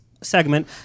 segment